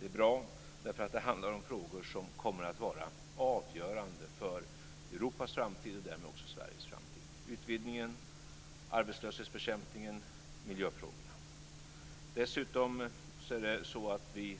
Det är bra därför att det handlar om frågor som kommer att vara avgörande för Europas framtid och därmed också för Sveriges framtid. Det handlar om utvidgningen, arbetslöshetsbekämpningen och miljöfrågorna. Dessutom har vi i